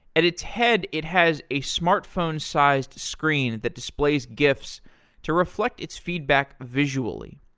at its head, it has a smartphone sized screen that displays gifts to reflect its feedback visually.